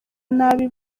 nabi